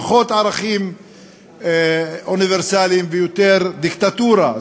פחות ערכים אוניברסליים ויותר דיקטטורה.